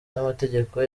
n’amategeko